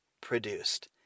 produced